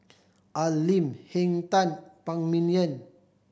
Al Lim Henn Tan Phan Ming Yen